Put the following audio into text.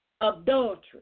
adultery